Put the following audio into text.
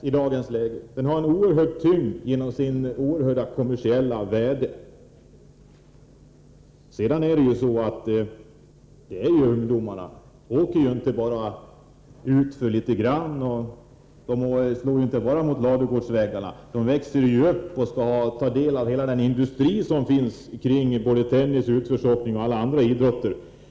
Idrotten har en oerhörd tyngd genom sitt mycket stora kommersiella värde. Ungdomarna åker inte bara utför litet grand, och de slår inte bara tennisbollar mot ladugårdsväggar. De växer upp och tar del av hela den industri som finns kring tennis, utförsåkning och alla andra idrotter.